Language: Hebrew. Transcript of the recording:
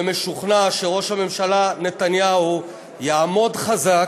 ומשוכנע שראש הממשלה נתניהו יעמוד חזק,